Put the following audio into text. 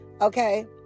Okay